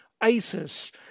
ISIS